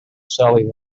sally